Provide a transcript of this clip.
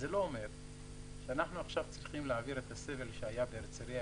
זה לא אומר שאנחנו עכשיו צריכים להעביר את הסבל שהיה לתושבי הרצליה,